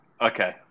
Okay